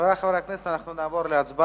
חברי חברי הכנסת, אנחנו נעבור להצבעה.